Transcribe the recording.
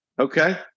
Okay